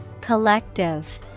Collective